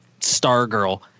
Stargirl